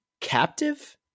captive